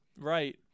Right